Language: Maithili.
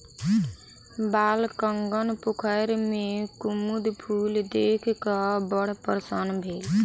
बालकगण पोखैर में कुमुद फूल देख क बड़ प्रसन्न भेल